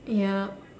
ya